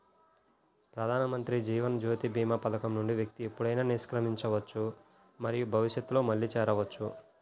ప్రధానమంత్రి జీవన్ జ్యోతి భీమా పథకం నుండి వ్యక్తి ఎప్పుడైనా నిష్క్రమించవచ్చు మరియు భవిష్యత్తులో మళ్లీ చేరవచ్చు